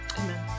Amen